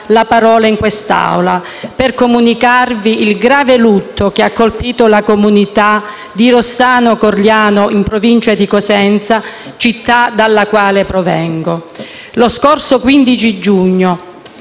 la parola in quest'Aula, per comunicarvi il grave lutto che ha colpito la comunità di Rossano-Corigliano, in provincia di Cosenza, città dalla quale provengo. Lo scorso 15 luglio,